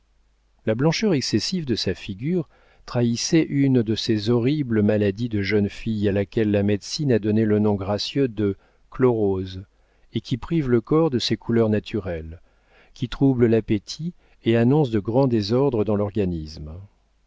la blancheur excessive de sa figure trahissait une de ces horribles maladies de jeune fille à laquelle la médecine a donné le nom gracieux de chlorose et qui prive le corps de ses couleurs naturelles qui trouble l'appétit et annonce de grands désordres dans l'organisme